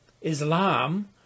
Islam